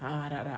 ah rak-rak